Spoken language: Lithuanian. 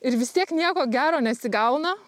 ir vis tiek nieko gero nesigauna